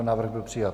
Návrh byl přijat.